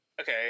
Okay